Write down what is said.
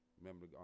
Remember